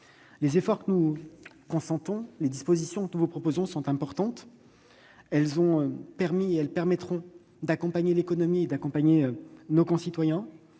Les efforts que nous consentons et les dispositions que nous vous proposons sont importants. Ils permettront d'accompagner l'économie et nos concitoyens.